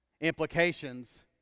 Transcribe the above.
implications